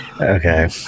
okay